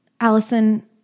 Allison